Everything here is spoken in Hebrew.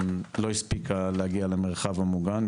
לא הספיקה להגיע למרחב המוגן,